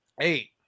Eight